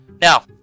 Now